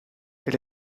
elle